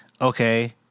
okay